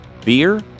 beer